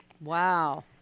Wow